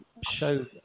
show